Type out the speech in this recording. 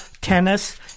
tennis